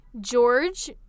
George